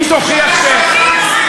אם תוכיח, אתה המסית.